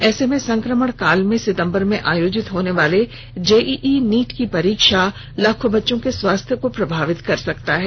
ऐसे में संक्रमण काल में सितंबर में आयोजित होने वाले जेईई नीट की परीक्षा लाखों बच्चों के स्वास्थ्य को प्रभावित कर सकता है